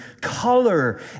color